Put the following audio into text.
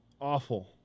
awful